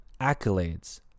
accolades